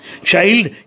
Child